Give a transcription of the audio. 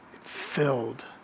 filled